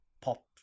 pop